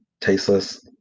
tasteless